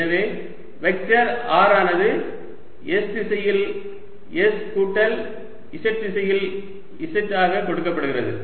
எனவே vector r ஆனது s திசையில் s கூட்டல் z திசையில் z ஆக கொடுக்கப்படுகிறது